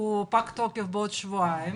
פג בעוד שבועיים.